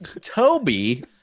Toby